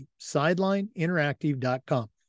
SidelineInteractive.com